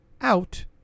out